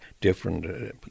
different